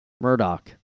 murdoch